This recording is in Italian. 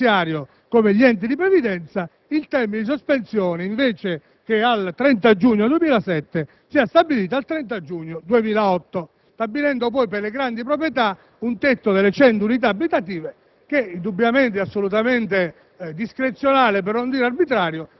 e della proprietà immobiliare una fonte di equilibrio finanziario, come gli enti di previdenza), il termine di sospensione, invece che al 30 giugno 2007, sia fissato al 30 giugno 2008. Viene poi stabilito per le grandi proprietà il tetto di 100 unità abitative